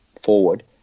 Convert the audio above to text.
forward